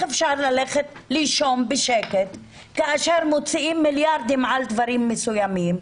אפשר ללכת לישון בשקט כאשר מוציאים מיליארדים על דברים מסוימים,